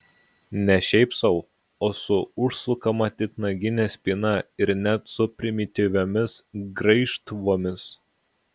ne šiaip sau o su užsukama titnagine spyna ir net su primityviomis graižtvomis